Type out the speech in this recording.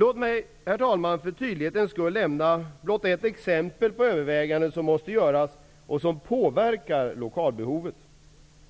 Låt mig för tydlighetens skull lämna ett exempel på överväganden som måste göras och som påverkar lokalbehovet.